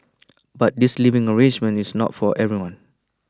but this living arrangement is not for everyone